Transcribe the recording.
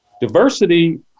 Diversity